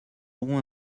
aurons